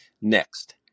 Next